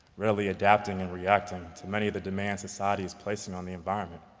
really adapting and reacting to many of the demands society is placing on the environment.